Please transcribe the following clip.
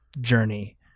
journey